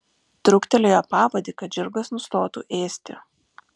truktelėjo pavadį kad žirgas nustotų ėsti